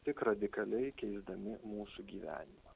tik radikaliai keisdami mūsų gyvenimą